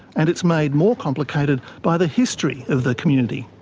and it's made more complicated by the history of the community.